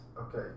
Okay